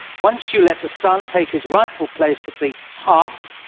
once you let the sun take his rightful place as the hearth,